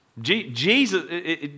Jesus